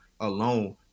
alone